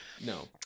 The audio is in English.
No